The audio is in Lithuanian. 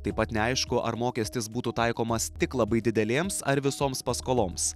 taip pat neaišku ar mokestis būtų taikomas tik labai didelėms ar visoms paskoloms